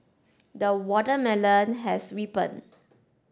the watermelon has ripened